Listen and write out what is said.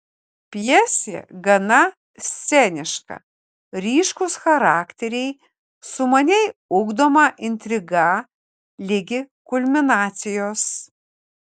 pjesė gana sceniška ryškūs charakteriai sumaniai ugdoma intriga ligi kulminacijos